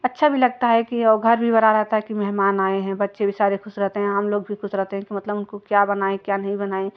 अच्छा भी लगता है कि और घर भी भरा रहता है कि मेहमान आए हैं बच्चे भी सारे ख़ुश रहते हैं हम लोग भी ख़ुश रहते हैं कि मतलब उनको क्या बनाए क्या नहीं बनाए